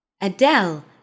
Adele